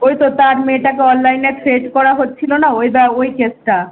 ওই তো তার মেয়েটাকে অনলাইনে থ্রেট করা হচ্ছিল না ওই দা ওই কেসটা